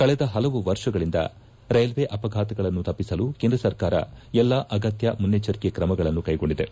ಕಳೆದ ಪಲವು ವರ್ಷಗಳಿಂದ ರೈಲ್ವೆ ಅಪಘಾತಗಳನ್ನು ತಪ್ಪಿಸಲು ಕೇಂದ್ರ ಸರ್ಕಾರ ಎಲ್ಲಾ ಅಗತ್ಯ ಮುನ್ನೆಚ್ಚರಿಕೆ ಕ್ರಮಗಳನ್ನು ಕೈಗೊಂಡಿದೆ